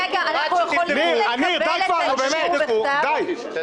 --- אנחנו יכולים לקבל את האישור בכתב?